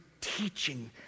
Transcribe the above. teaching